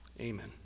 Amen